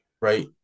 Right